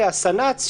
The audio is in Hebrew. והסנ"צ,